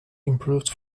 improved